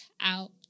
out